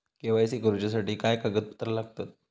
KYC करूच्यासाठी काय कागदपत्रा लागतत?